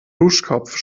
duschkopf